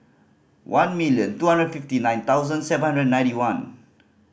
one million two hundred fifty nine thousand seven hundred and ninety one